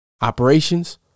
Operations